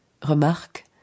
Remarque